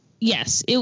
yes